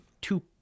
two